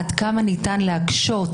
עד כמה ניתן להקשות